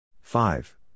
Five